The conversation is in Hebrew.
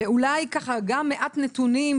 אז אולי נתחיל ככה במעט נתונים,